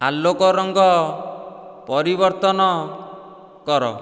ଆଲୋକ ରଙ୍ଗ ପରିବର୍ତ୍ତନ କର